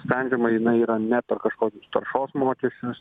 sprendžiama jinai yra ne per kažkokius taršos mokesčius